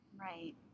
Right